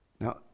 Now